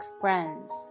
friends